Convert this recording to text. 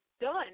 done